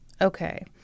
Okay